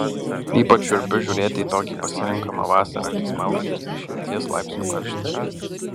ypač šiurpiu žiūrėti į tokį pasirinkimą vasarą kai smaugia trisdešimties laipsnių karštis